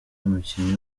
umukinnyi